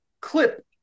clip